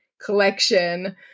collection